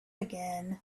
again